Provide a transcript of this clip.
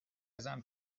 ازم